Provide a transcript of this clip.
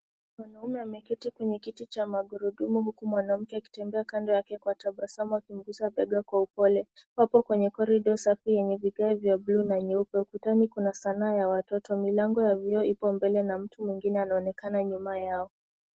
Mwanaume ameketi kwenye kiti cha magurudumu huku mwanamke akitembea kando yake kwa tabasamu akimguza bega kwa upole. Wako kwenye korido safi yenye vigae vya blue na nyeupe. Ukutani kuna sanaa ya watoto. Milango ya vioo ipo mbele na mtu mwengine anaonekana nyuma yao.